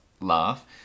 laugh